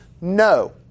No